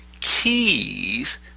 Keys